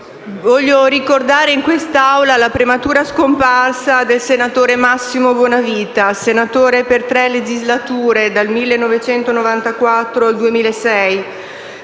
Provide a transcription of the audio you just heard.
Voglio ricordare in quest’Aula la prematura scomparsa del senatore Massimo Bonavita. Senatore per tre legislature (dal 1994 al 2006),